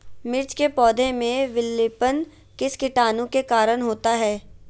मिर्च के पौधे में पिलेपन किस कीटाणु के कारण होता है?